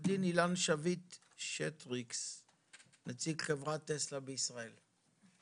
עו"ד אילן שביט שטריקס, נציג חברת טסלה בישראל.